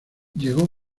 llegó